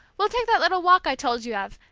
we'll take that little walk i told you of,